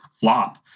flop